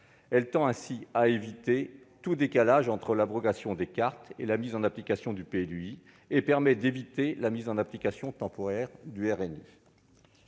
Cela tend à éviter tout décalage entre l'abrogation des cartes et la mise en application du PLUi, et permet d'éviter la mise en application temporaire du RNU.